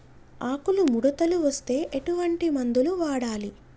ఆకులు ముడతలు వస్తే ఎటువంటి మందులు వాడాలి?